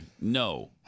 No